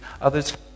others